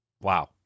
Wow